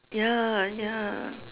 ya ya